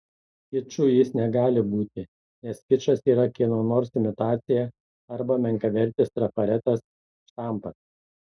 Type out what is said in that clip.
kiču jis negali būti nes kičas yra kieno nors imitacija arba menkavertis trafaretas štampas